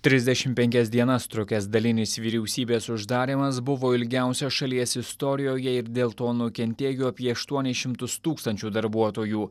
trisdešim penkias dienas trukęs dalinis vyriausybės uždarymas buvo ilgiausias šalies istorijoje ir dėl to nukentėjo apie aštuonis šimtus tūkstančių darbuotojų